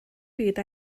byd